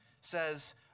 says